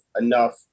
enough